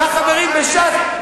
ממי אתם פוחדים, מהחברים בש"ס?